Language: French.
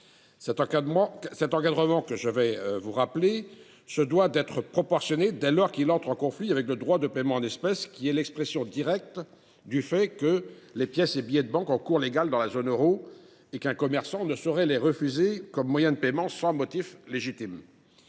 Cet encadrement, que je rappellerai, se doit d’être strictement proportionné dès lors qu’il entre en conflit avec le droit du paiement en espèces, lequel est l’expression directe du fait que les pièces et billets de banque ont cours légal dans la zone euro et qu’un commerçant ne saurait les refuser comme moyen de paiement sans motif légitime.